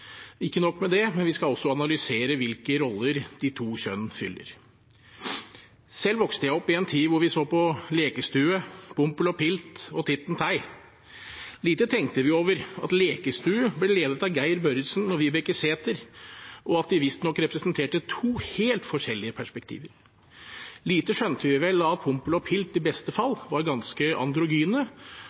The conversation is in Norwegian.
Ikke nok med det, vi skal også analysere hvilke roller de to kjønn fyller. Selv vokste jeg opp i en tid da vi så på Lekestue, Pompel og Pilt og Titten Tei. Lite tenkte vi over at Lekestue ble ledet av Geir Børresen og Vibeke Sæther, og at de visstnok representerte to helt forskjellige perspektiver. Lite skjønte vi vel av at Pompel og Pilt i beste fall var ganske androgyne,